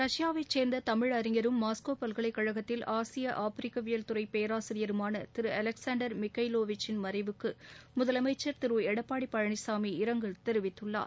ரஷ்யாவை சேர்ந்த தமிழ் அறிஞரும் மாஸ்கோ பல்கலைக்கழகத்தில் ஆசிய ஆப்பிரிக்கவியல் துறை பேராசிரியருமான திரு அலெக்சாண்டர் மிகைலோவிச் சின் மறைவுக்கு முதலமைச்சர் திரு எடப்பாடி பழனிசாமி இரங்கல் தெரிவித்துள்ளார்